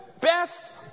best